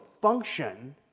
function